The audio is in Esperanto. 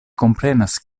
komprenas